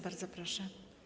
Bardzo proszę.